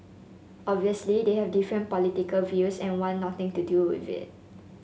obviously they have different political views and want nothing to do with it